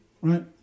right